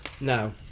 No